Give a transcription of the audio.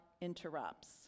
interrupts